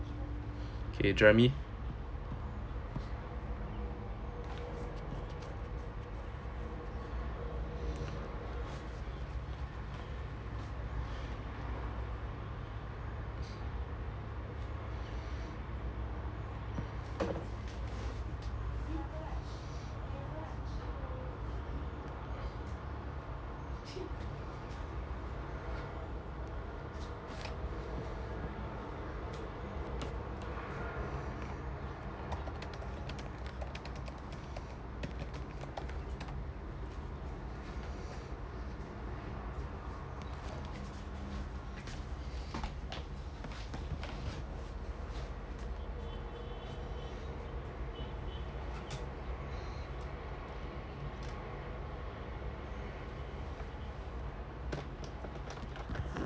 okay jeremy